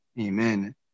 Amen